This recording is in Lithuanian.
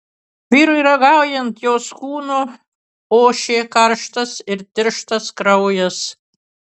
vyrui ragaujant jos kūnu ošė karštas ir tirštas kraujas